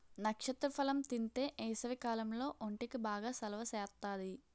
నక్షత్ర ఫలం తింతే ఏసవికాలంలో ఒంటికి బాగా సలవ సేత్తాది